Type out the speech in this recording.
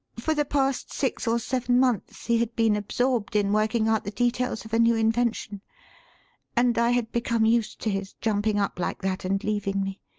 for the past six or seven months he had been absorbed in working out the details of a new invention and i had become used to his jumping up like that and leaving me.